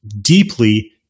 deeply